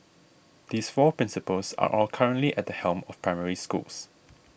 these four principals are all currently at the helm of Primary Schools